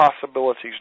possibilities